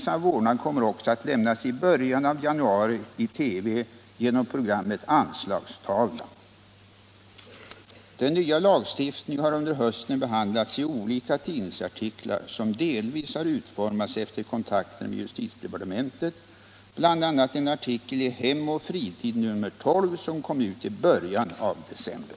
Den nya lagstiftningen har under hösten behandlats i olika tidningsartiklar, som delvis har utformats efter kontakter med justitiedepartementet — bl.a. en artikel i Hem och Fritid nr 12, som kom ut i början av december.